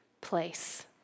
place